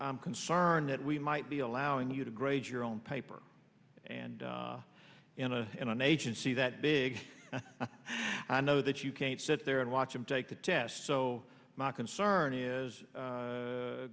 i'm concerned that we might be allowing you to grade your own paper and you know in an agency that big i know that you can't sit there and watch him take the test so my concern is